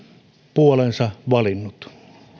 puolensa valinnut